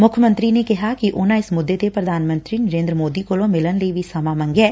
ਮੁੱਖ ਮੰਤਰੀ ਨੇ ਕਿਹਾ ਕਿ ਉਨਾਂ ਇਸ ਮੁੱਦੇ ਡੇ ਪ੍ਰਧਾਨ ਮੰਤਰੀ ਨਰੇਦਰ ਮੋਦੀ ਕੋਲੋ ਮਿਲਣ ਲਈ ਵੀ ਸਮਾਂ ਮੰਗਿਐ